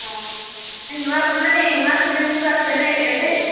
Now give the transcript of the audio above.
ହଁ ମାନେ ନୂଆ ମାନେ ନୂଆ ଫିଲ୍ମ ସବୁ ଆସେନା ଏବେ